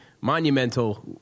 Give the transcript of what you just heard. monumental